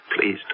Please